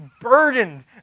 burdened